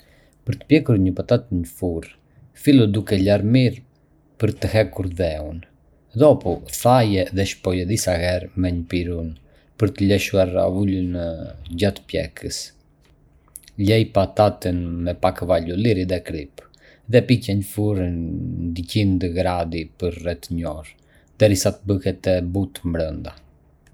Për të pjekur një patate në furrë, fillo duke e larë mirë për të hequr dheun. Dopu, thaje dhe shpoje disa herë me një pirun për të lëshuar avullin gjatë pjekjes. Lyeje pataten me pak vaj ulliri dhe kripë, dhe piqe në furrë në dyqind gradë për rreth një orë, derisa të bëhet e butë brenda.